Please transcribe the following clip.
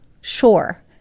Sure